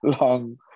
long